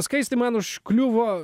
skaisti man užkliuvo